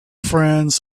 friends